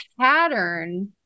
pattern